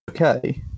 okay